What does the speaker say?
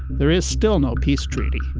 there is still no peace treaty.